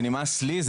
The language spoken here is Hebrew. זה נמאס לי,